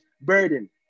burden